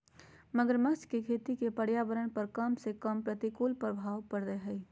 मगरमच्छ के खेती के पर्यावरण पर कम से कम प्रतिकूल प्रभाव पड़य हइ